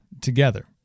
together